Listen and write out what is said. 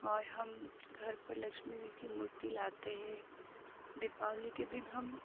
और हम घर पर लक्ष्मी जी की मूर्ति लाते हैं दीपावली के दिन हम